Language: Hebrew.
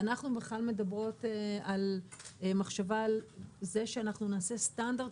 ואנחנו מדברים על זה שאנחנו נעשה סטנדרט